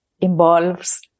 involves